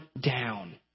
down